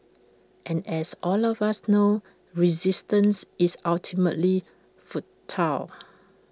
and as all of us know resistance is ultimately futile